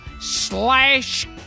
slash